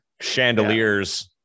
chandeliers